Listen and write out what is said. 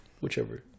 whichever